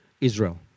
Israel